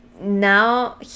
now